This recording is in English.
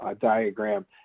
diagram